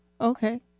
Okay